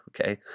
Okay